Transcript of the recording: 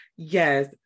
Yes